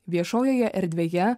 viešojoje erdvėje